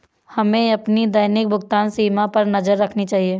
हमें अपनी दैनिक भुगतान सीमा पर नज़र रखनी चाहिए